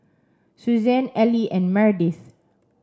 Suzanne Allie and Meredith